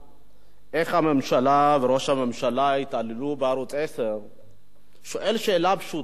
איך הממשלה וראש הממשלה התעללו בערוץ-10 שואל שאלה פשוטה: למה?